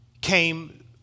came